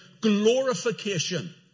glorification